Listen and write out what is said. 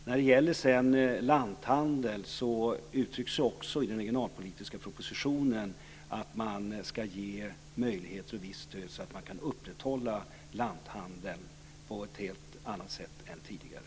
I den regionalpolitiska propositionen uttrycks angående lanthandeln att det ska ges möjligheter och visst stöd så att det går att upprätthålla lanthandeln på ett helt annat sätt än tidigare.